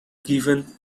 given